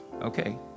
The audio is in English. Okay